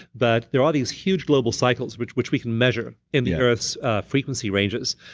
but there are these huge global cycles, which which we can measure, in the earth's frequency ranges,